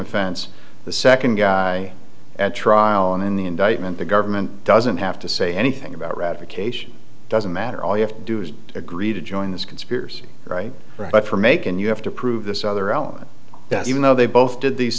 offense the second guy at trial and in the indictment the government doesn't have to say anything about ratification doesn't matter all you have to do is agree to join this conspiracy right now but for make and you have to prove this other element that even though they both did these